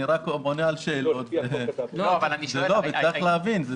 אני רק עונה על שאלות וצריך להבין.